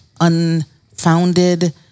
unfounded